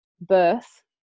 birth